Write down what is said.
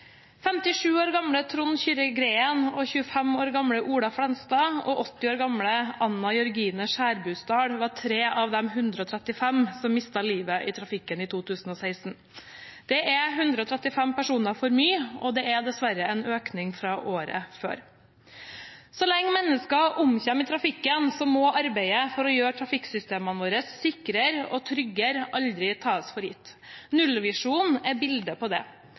57 år gamle Trond Kyrre Green, 25 år gamle Ola Flenstad og 80 år gamle Anne Jørgine Skjærbusdal var 3 av de 135 som mistet livet i trafikken i 2016. Det er 135 personer for mye, og det er dessverre en økning fra året før. Så lenge mennesker omkommer i trafikken, må arbeidet for å gjøre trafikksystemene våre sikrere og tryggere aldri tas for gitt. Nullvisjonen er bildet på det.